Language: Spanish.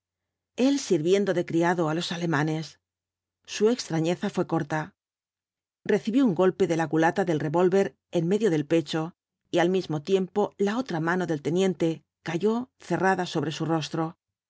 el sirviendo de criado á los alemanes su extrañeza fué corta recibió un golpe de la culata del revólver en medio del pecho y al mismo tiempo la otra mano del teniente cayó cerrada sobre su rostro